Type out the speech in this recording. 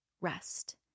rest